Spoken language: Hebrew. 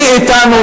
מי אתנו,